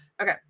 Okay